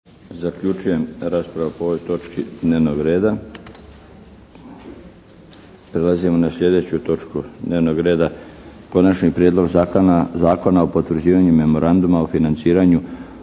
**Milinović, Darko (HDZ)** Prelazimo na sljedeću točku dnevnog reda - Konačni prijedlog zakona o potvrđivanju Memoranduma o financiranju